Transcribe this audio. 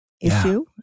issue